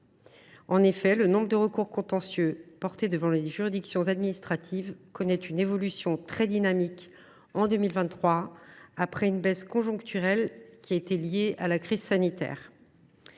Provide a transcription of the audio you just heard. En effet, le nombre de recours contentieux portés devant les juridictions administratives connaît une évolution très dynamique en 2023, après une baisse conjoncturelle liée à la crise sanitaire.